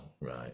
Right